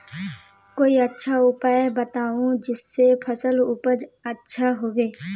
कोई अच्छा उपाय बताऊं जिससे फसल उपज अच्छा होबे